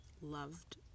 loved